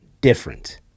different